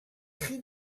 tri